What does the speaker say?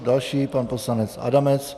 Další pan poslanec Adamec.